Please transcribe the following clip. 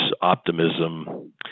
optimism